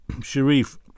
Sharif